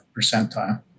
percentile